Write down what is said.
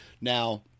Now